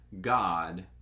God